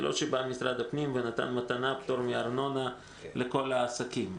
זה לא שמשרד הפנים נתן מתנה פטור מארנונה לכל העסקים,